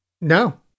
No